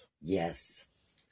Yes